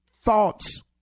thoughts